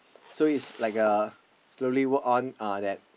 so is like a slowly work on that